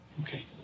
Okay